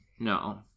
No